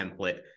template